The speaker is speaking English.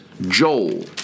Joel